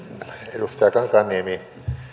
edustaja kankaanniemi